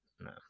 no